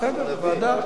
בסדר, ועדה.